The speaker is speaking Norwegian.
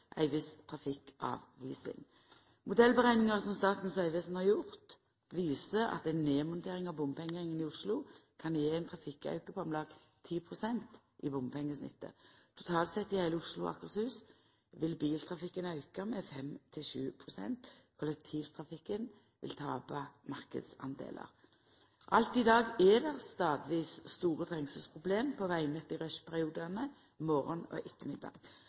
ei viss trafikkavvising. Modellberekningar som Statens vegvesen har gjort, viser at ei nedmontering av bompengeringen i Oslo kan gje ein trafikkauke på om lag 10 pst. i bompengesnittet. Totalt sett i heile Oslo og Akershus vil biltrafikken auka med 5–7 pst. Kollektivtrafikken vil tapa marknadsdelar. Allereie i dag er det nokre stader store trengselsproblem på vegnettet i rushperiodane morgon og ettermiddag.